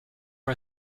are